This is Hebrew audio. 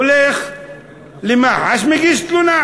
הולך למח"ש, מגיש תלונה.